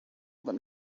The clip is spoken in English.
let